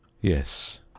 Yes